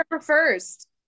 first